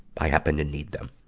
i happen to need them,